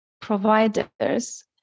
providers